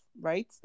right